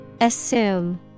Assume